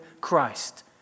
Christ